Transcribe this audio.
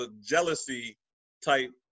jealousy-type